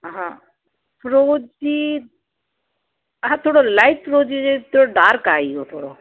हा फिरोजी हा थोरो लाइट फिरोजी हुजे थोरो डार्क आहे इहो थोरो